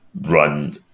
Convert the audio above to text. run